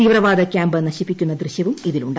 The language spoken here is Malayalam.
തീവ്രവാദ കൃാമ്പ് നശിപ്പിക്കുന്ന ദൃശ്യവും ഇതിലുണ്ട്